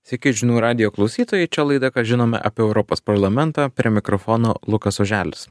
sveiki žinių radijo klausytojai čia laida ką žinome apie europos parlamentą prie mikrofono lukas oželis